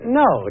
no